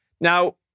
Now